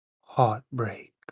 heartbreak